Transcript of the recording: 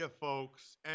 folks